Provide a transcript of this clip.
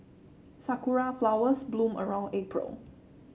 sakura flowers bloom around April